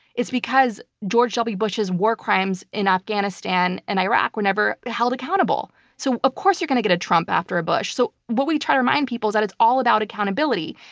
it's because george w. bush's war crimes in afghanistan and iraq were never held accountable, so of course you're gonna get a trump after a bush. so what we try to remind people that it's all about accountability,